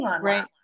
right